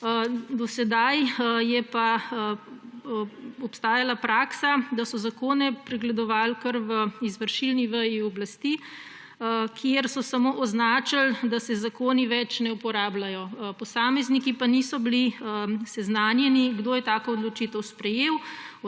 Do sedaj je pa obstajala praksa, da so zakone pregledovali kar v izvršilni veji oblasti, kjer so samo označili, da se zakoni več ne uporabljajo. Posamezniki pa niso bili seznanjeni, kdo je tako odločitev sprejel,